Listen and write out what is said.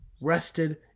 rested